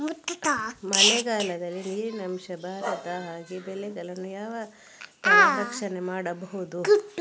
ಮಳೆಗಾಲದಲ್ಲಿ ನೀರಿನ ಅಂಶ ಬಾರದ ಹಾಗೆ ಬೆಳೆಗಳನ್ನು ಯಾವ ತರ ರಕ್ಷಣೆ ಮಾಡ್ಬಹುದು?